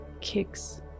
kicks